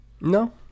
No